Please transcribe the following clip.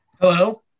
Hello